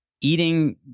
eating